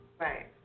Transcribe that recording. Right